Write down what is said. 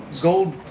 gold